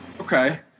okay